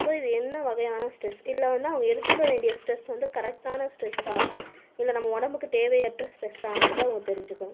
so இது என்ன வகையான ஸ்ட்ரெஸ் இதில் வந்து அவங்க எடுத்துக்க வேண்டிய ஸ்ட்ரெஸ் வந்து கரெக்டான ஸ்ட்ரெஸ்ஸா இல்லை நம்ம உடம்புக்கு தேவையற்ற ஸ்ட்ரெஸ்ஸாங்கிறது அவங்க தெரிஞ்சுக்கணும்